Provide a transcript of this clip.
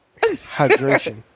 Hydration